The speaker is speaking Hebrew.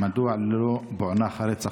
2. מדוע לא פוענח הרצח?